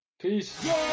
peace